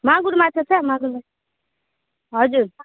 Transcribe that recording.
मागुर माछा छ मागुर माछा हजुर